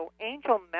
angel